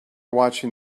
watching